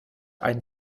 einen